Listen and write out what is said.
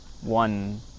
one